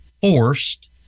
forced